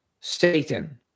Satan